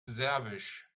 serbisch